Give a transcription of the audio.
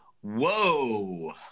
Whoa